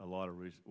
a lot of